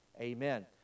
Amen